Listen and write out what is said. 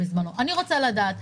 אני רוצה לדעת,